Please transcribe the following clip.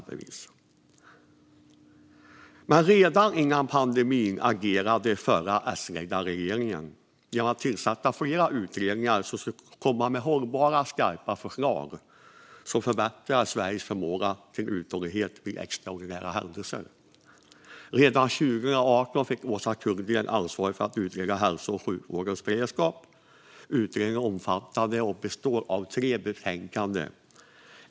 Men redan före pandemin agerade den förra S-ledda regeringen genom att tillsätta flera utredningar som skulle komma med hållbara och skarpa förslag som förbättrar Sveriges förmåga till uthållighet vid extraordinära händelser. Redan 2018 fick Åsa Kullgren ansvaret för att utreda hälso och sjukvårdens beredskap. Utredningen är omfattande och består av tre betänkanden.